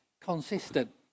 consistent